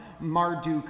Marduk